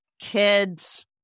Kids